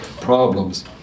problems